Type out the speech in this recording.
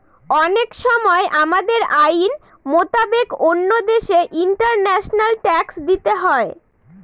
অনেক সময় আমাদের আইন মোতাবেক অন্য দেশে ইন্টারন্যাশনাল ট্যাক্স দিতে হয়